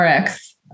Rx